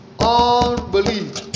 unbelief